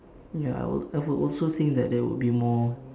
ya I would I would also think that there would be more